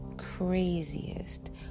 craziest